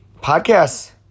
podcasts